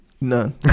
None